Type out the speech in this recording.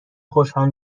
خوشحال